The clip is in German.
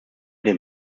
den